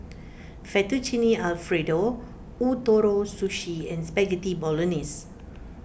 Fettuccine Alfredo Ootoro Sushi and Spaghetti Bolognese